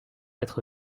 être